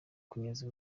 kunyereza